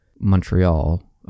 montreal